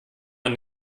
man